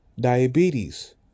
Diabetes